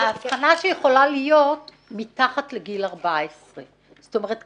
ההבחנה שיכולה להיות היא מתחת לגיל 14. זאת אומרת,